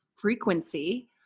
frequency